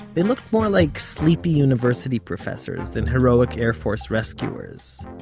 they looked more like sleepy university professors than heroic air force rescuers.